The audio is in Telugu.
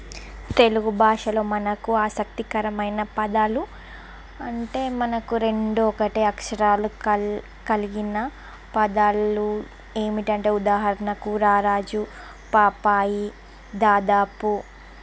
తెలుగు భాషలో మనకు ఆసక్తికరమైన పదాలు అంటే మనకు రెండు ఒకటే అక్షరాలు కలి కలిగిన పదాలు ఏమిటంటే ఉదాహరణకు రారాజు పాపాయి దాదాపు